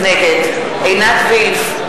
נגד עינת וילף,